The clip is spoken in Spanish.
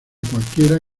cualquiera